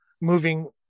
moving